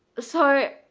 so,